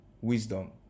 wisdom